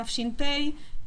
תש"פ,